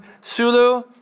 Sulu